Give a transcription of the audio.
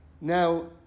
Now